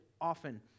often